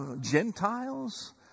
Gentiles